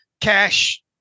cash